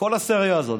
כל הסריה הזאת,